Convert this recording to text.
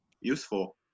useful